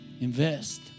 Invest